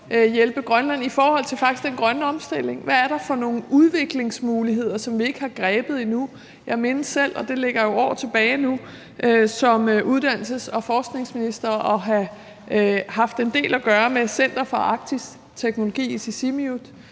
Hvad er der for nogle udviklingsmuligheder, som vi ikke har grebet endnu? Jeg mindes selv, og det ligger jo år tilbage nu, at jeg som uddannelses- og forskningsminister havde en del at gøre med Center for Arktisk Teknologi i Sisimiut,